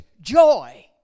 joy